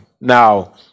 Now